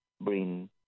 bring